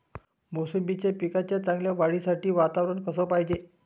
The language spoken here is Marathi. मोसंबीच्या पिकाच्या चांगल्या वाढीसाठी वातावरन कस पायजे?